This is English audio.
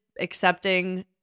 accepting